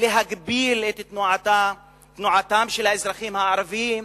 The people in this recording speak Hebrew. מנסים להגביל את תנועתם של האזרחים הערבים,